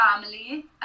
family